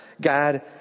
God